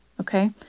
Okay